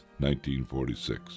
1946